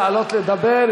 לעלות לדבר,